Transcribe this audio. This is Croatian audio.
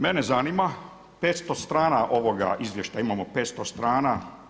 Mene zanima 500 strana ovoga izvješća imamo 500 strana.